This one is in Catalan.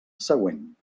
següent